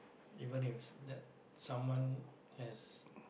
even if that someone has